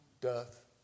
doth